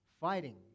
fighting